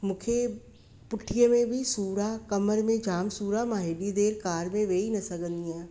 मूंखे पुठीअ में बि सूर आहे कमर में जाम सूर आहे मां हेॾी देरि कार में वेई न सघंदी आहियां